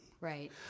right